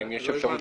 האם יש אפשרות?